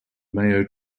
mayo